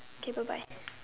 okay bye bye